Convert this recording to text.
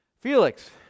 Felix